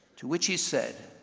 to which he said,